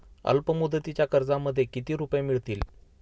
अल्पमुदतीच्या कर्जामध्ये किती रुपये मिळतील?